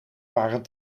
waren